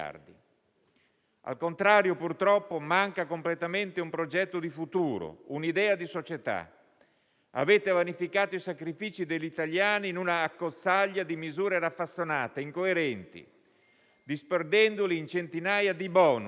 Al contrario, purtroppo, mancano completamente un progetto di futuro e un'idea di società. Avete vanificato i sacrifici degli italiani in un'accozzaglia di misure raffazzonate e incoerenti, disperdendole in centinaia di *bonus*.